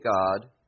God